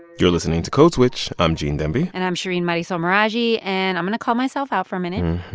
you're listening to code switch. i'm gene demby and i'm shereen marisol meraji. and i'm going to call myself out for a minute.